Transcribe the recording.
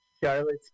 Charlotte